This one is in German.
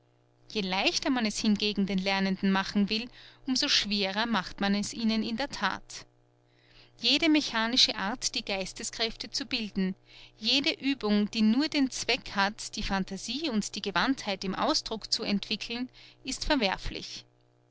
je leichter man es hingegen den lernenden machen will um so schwerer macht man es ihnen in der that jede mechanische art die geisteskräfte zu bilden jede uebung die nur den zweck hat die phantasie und die gewandheit im ausdruck zu entwickeln ist verwerflich